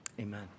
amen